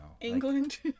England